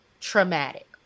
traumatic